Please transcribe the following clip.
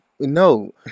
No